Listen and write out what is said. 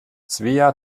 svea